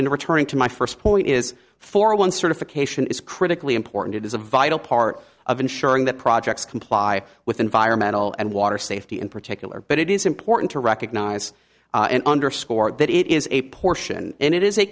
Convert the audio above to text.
in returning to my first point is for one certification is critically important it is a vital part of ensuring that projects comply with environmental and water safety in particular but it is important to recognize and underscore that it is a portion and i